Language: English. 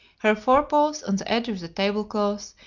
her fore paws on the edge of the tablecloth,